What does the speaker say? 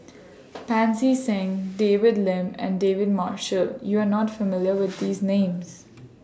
Pancy Seng David Lim and David Marshall YOU Are not familiar with These Names